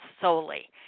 solely